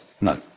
no